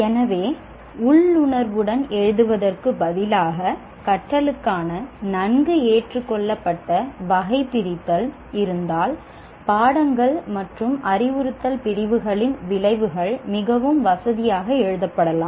எனவே உள்ளுணர்வுடன் எழுதுவதற்குப் பதிலாக கற்றலுக்கான நன்கு ஏற்றுக்கொள்ளப்பட்ட வகைபிரித்தல் இருந்தால் பாடங்கள் மற்றும் அறிவுறுத்தல் பிரிவுகளின் விளைவுகள் மிகவும் வசதியாக எழுதப்படலாம்